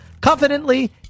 confidently